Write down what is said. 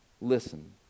Listen